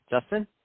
Justin